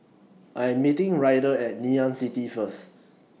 I Am meeting Ryder At Ngee Ann City First